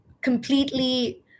completely